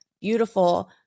beautiful